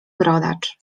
brodacz